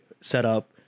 setup